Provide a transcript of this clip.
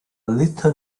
little